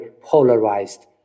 polarized